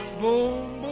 boom